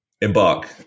Embark